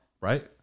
right